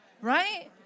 Right